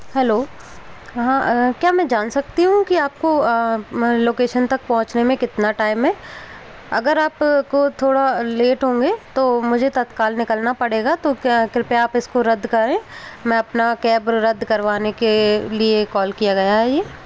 hello हाँ क्या मैं जान सकती हूँ कि आपको लोकेशन तक पहुँचने में कितना टाइम है अगर आपको थोड़ा लेट होंगे तो मुझे तत्काल निकलना पड़ेगा तो क्या कृपया आप इसको रद्द करें मैं अपना कैब रद्द करवाने के लिए कॉल किया गया है ये